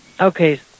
Okay